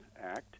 Act